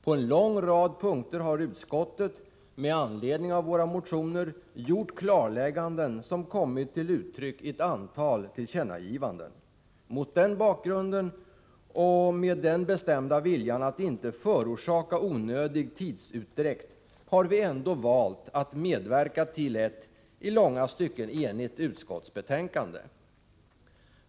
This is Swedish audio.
På en lång rad punkter har utskottet, med anledning av våra motioner, gjort klarlägganden som kommit till uttryck i ett antal tillkännagivanden. Mot den bakgrunden och med den bestämda viljan att inte förorsaka onödig tidsutdräkt har vi ändå valt att medverka till ett i långa stycken enigt utskottsbetänkande.